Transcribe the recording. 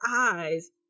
eyes